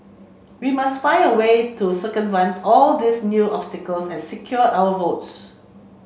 we must find a way to circumvent all these new obstacles and secure our votes